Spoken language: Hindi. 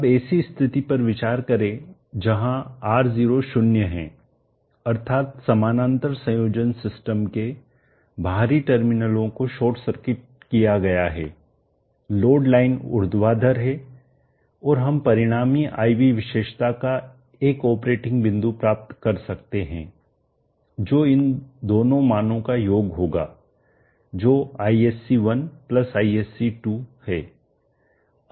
अब ऐसी स्थिति पर विचार करें जहां R0 0 है अर्थात् समानांतर संयोजन सिस्टम के बाहरी टर्मिनलों को शॉर्ट सर्किट किया गया है लोड लाइन ऊर्ध्वाधर है और हम परिणामी I V विशेषता का एक ऑपरेटिंग बिंदु प्राप्त कर सकते हैं जो इन दोनों मानो का योग होगा जो ISC1 ISC2 है